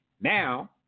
now